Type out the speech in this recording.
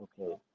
okay